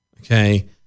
Okay